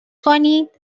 کنید